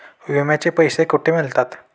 विम्याचे पैसे कुठे मिळतात?